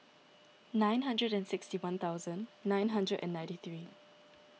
nine hundred and sixty one thousand nine hundred and ninety three